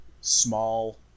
small